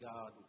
God